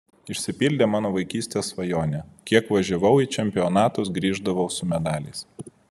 išsipildė mano vaikystės svajonė kiek važiavau į čempionatus grįždavau su medaliais